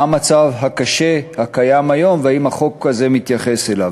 מה המצב הקשה הקיים היום והאם החוק הזה מתייחס אליו.